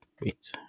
wait